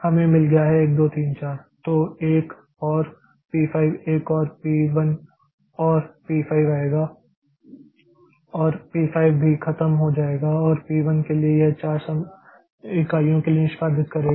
हमें मिल गया है 1 2 3 4 तो एक और पी 5 एक और पी 1 और पी 5 आएगा और अब पी 5 भी खत्म हो जाएगा और पी 1 के लिए यह 4 समय इकाइयों के लिए निष्पादित करेगा